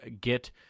get